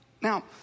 Now